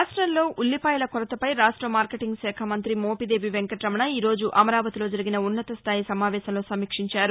రాష్టంలో ఉల్లిపాయల కొరత పై రాష్ట మార్కెటింగ్ శాఖ మంగ్రితి మోపిదేవి వెంకటరమణ ఈ రోజు అమరావతిలో జరిగిన ఉన్నత స్టాయి సమావేశంలో సమీక్షించారు